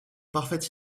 parfaite